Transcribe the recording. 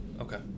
okay